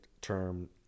term